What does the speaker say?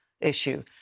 issue